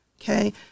Okay